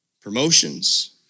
Promotions